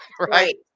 Right